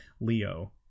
Leo